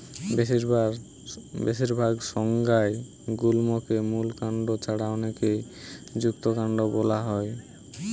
বেশিরভাগ সংজ্ঞায় গুল্মকে মূল কাণ্ড ছাড়া অনেকে যুক্তকান্ড বোলা হয়